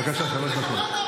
בבקשה, שלוש דקות.